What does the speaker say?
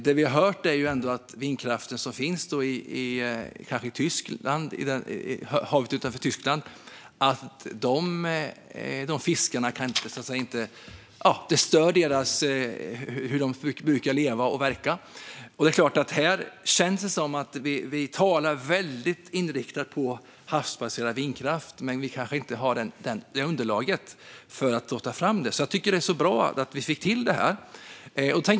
Det vi har hört är att den vindkraft som finns i havet utanför Tyskland stör hur fiskarna brukar leva och verka. Här känns det som att vi talar väldigt inriktat på havsbaserad vindkraft men att vi kanske inte har underlaget för att ta fram den. Därför tycker jag att det var bra att vi fick till det här.